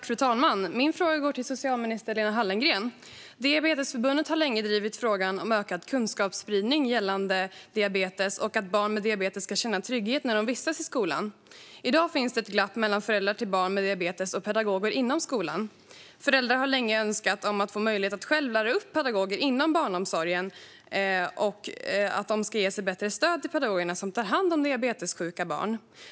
Fru talman! Min fråga går till socialminister Lena Hallengren. Diabetesförbundet har länge drivit frågan om ökad kunskapsspridning gällande diabetes och att barn med diabetes ska känna trygghet när de vistas i skolan. I dag finns ett glapp mellan föräldrar till barn med diabetes och pedagoger inom skolan. Föräldrar har länge önskat att själva få lära upp pedagoger inom barnomsorgen och att det ska ges bättre stöd till pedagogerna som tar hand om diabetessjuka barn.